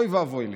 אוי ואבוי לי.